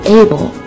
able